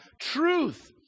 truth